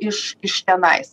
iš iš tenais